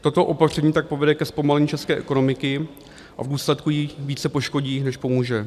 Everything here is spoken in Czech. Toto opatření tak povede ke zpomalení české ekonomiky a v důsledku ji více poškodí než pomůže.